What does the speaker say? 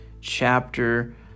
chapter